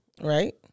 Right